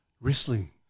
wrestling